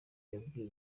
yabwiye